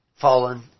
fallen